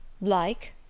Like